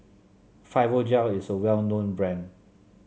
Fibogel is well known brand